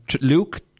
Luke